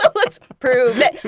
but let's prove it.